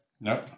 No